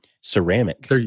ceramic